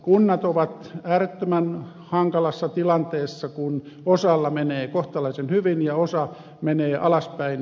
kunnat ovat äärettömän hankalassa tilanteessa kun osalla menee kohtalaisen hyvin ja osa menee alaspäin